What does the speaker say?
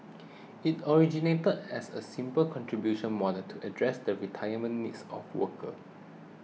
it originated as a simple contributions model to address the retirement needs of workers